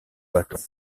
bâton